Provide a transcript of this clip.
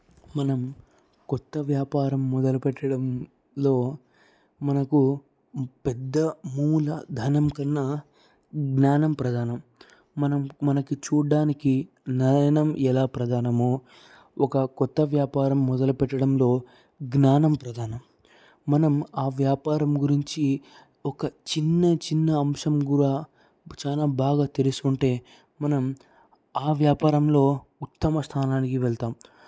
మనం కొత్త వ్యాపారం మొదలు పెట్టడంలో మనకు పెద్ద మూల ధనంకన్నా జ్ఞానం ప్రధానం మనం మనకి చూడ్డానికి నయనం ఎలా ప్రధానమో ఒక కొత్త వ్యాపారం మొదలుపెట్టడంలో జ్ఞానం ప్రధానం మనం ఆ వ్యాపారం గురించి ఒక చిన్న చిన్న అంశం కూడా చాలా బాగా తెలుసుకుంటే మనం ఆ వ్యాపారంలో ఉత్తమ స్థానానికి వెళ్తాం